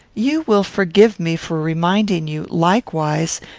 you will forgive me for reminding you, likewise,